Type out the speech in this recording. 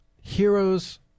heroes